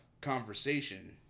conversation